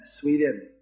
Sweden